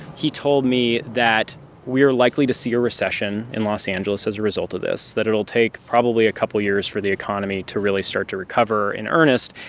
he told me that we're likely to see a recession in los angeles as a result of this, that it will take probably a couple of years for the economy to really start to recover in earnest.